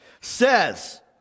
says